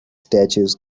statues